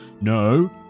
no